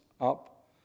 up